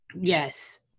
Yes